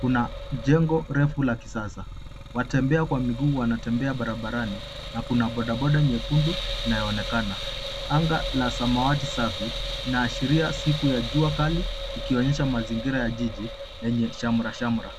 kuna jengo refu la kisasa. Watembea kwa miguu wanatembea barabarani na kuna bodaboda nyekundu inayoonekana. Anga la samawati safi linasheria siku ya jua kali ikionyesha mazingira ya jiji lenye shamrashamra.